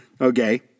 Okay